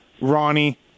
Ronnie